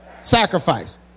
sacrifice